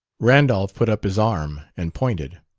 randolph put up his arm and pointed.